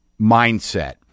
mindset